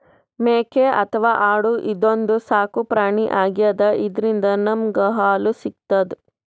ಮೇಕೆ ಅಥವಾ ಆಡು ಇದೊಂದ್ ಸಾಕುಪ್ರಾಣಿ ಆಗ್ಯಾದ ಇದ್ರಿಂದ್ ನಮ್ಗ್ ಹಾಲ್ ಸಿಗ್ತದ್